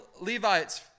Levites